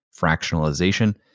fractionalization